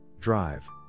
drive